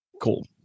Cool